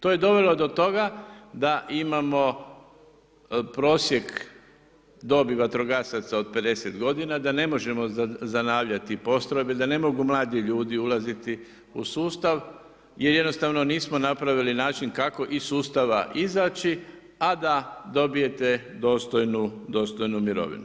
To je dovelo do toga da imamo prosjek dobi vatrogasaca od 50 godina, da ne možemo zanavljati postrojbe, da ne mogu mladi ljudi ulaziti u sustav, jer jednostavno nismo napravili način kako iz sustava izaći, a da dobijete dostojnu mirovinu.